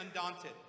undaunted